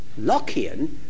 Lockean